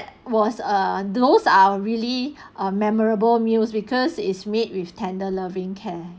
was err those are really ah memorable meals because is made with tender loving care